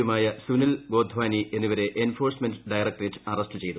യുമായ സുനിൽ ഗോധ്വാനി എന്നിവരെ enforcement directorate arrest ചെയ്തു